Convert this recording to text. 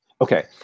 Okay